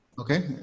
Okay